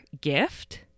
gift